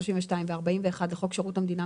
32 ו-41 לחוק שירות המדינה,